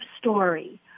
story